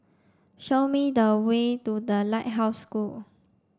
show me the way to The Lighthouse School